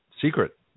secret